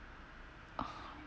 uh